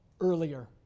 earlier